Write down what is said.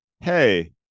hey